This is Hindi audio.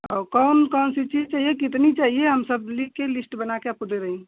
और कौन कौन सी चीज चाहिए कितनी चाहिए हम सब लिख के लिस्ट बना कर आपको दे रही हूँ